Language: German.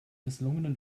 misslungenen